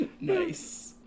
nice